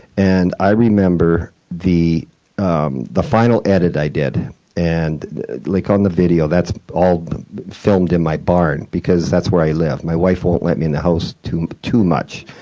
and i remember the um the final edit i did and like, on the video, that's all filmed in my barn because that's where i live. my wife won't let me in the house too too much.